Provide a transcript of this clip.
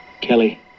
Kelly